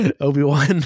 Obi-Wan